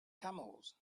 camels